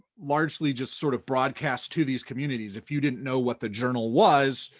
largely just sort of broadcast to these communities. if you didn't know what the journal was,